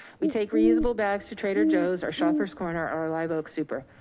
we take reusable bags to trader joe's or shopper's corner or live oak super.